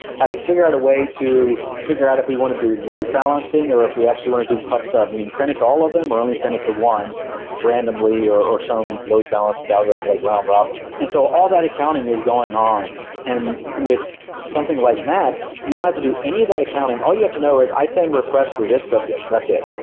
have to figure out a way to figure out if we want to do load balancing, or if we actually want to do pub sub. meaning send it to all of them are only send it to one randomly, or or some load balance algorithm, like round-robin. and so all that accounting is going on and with something like nats, you don't have to do any of that accounting, all you have to know is i send requests to this subject. that's it.